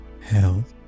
health